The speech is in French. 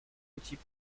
petits